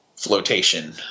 Flotation